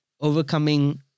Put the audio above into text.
overcoming